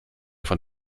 von